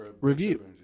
review